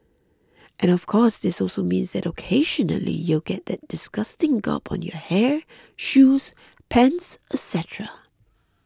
and of course this also means that occasionally you'll get that disgusting gob on your hair shoes pants et cetera